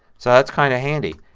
so that's kind of handy.